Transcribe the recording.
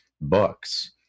books